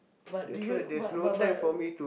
but do you but but but